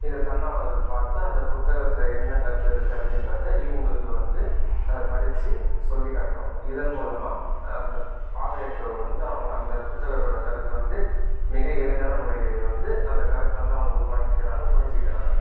இதை தன்னார்வலர்கள் பார்த்து அந்தப் புத்தகத்தில் என்ன கருத்து இருக்குது அப்படின்றத இவங்களுக்கு வந்து அதை படிச்சு சொல்லிக் காட்டுவாங்கள் இதன் மூலமாக அந்த பார்வையற்றவர் வந்து அவு அந்த புத்தகத்தோடய கருத்தை வந்து மிக எளிமையான முறையிலேயே வந்து அந்த கருத்தை வந்து அவங்க உள்வாங்க்கிறாங்க புரிஞ்சிக்கிறாங்கள்